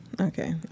Okay